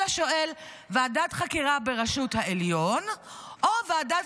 אלא שואל: ועדת חקירה בראשות העליון או ועדת